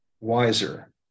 wiser